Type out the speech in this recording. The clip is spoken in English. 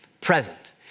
Present